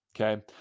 Okay